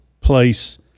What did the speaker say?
place